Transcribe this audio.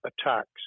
attacks